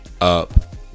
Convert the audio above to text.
up